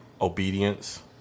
obedience